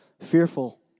fearful